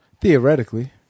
Theoretically